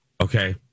Okay